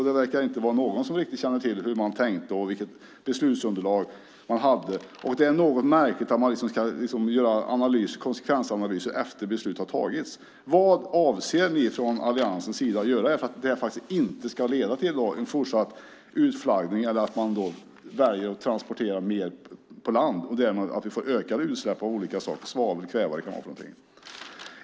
Det verkar inte vara någon som riktigt känner till hur man tänkte och vilket beslutsunderlag man hade. Det är något märkligt att man gör konsekvensanalysen efter att beslutet har tagits. Vad avser ni från alliansens sida att göra, så att detta inte ska leda till fortsatt utflaggning eller till att man väljer att flytta över transporter på land, med ökade utsläpp som följd?